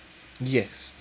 yes